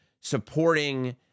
supporting